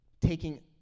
taking